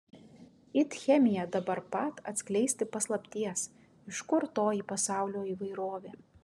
it chemija dabar pat atskleisti paslapties iš kur toji pasaulio įvairovė